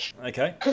Okay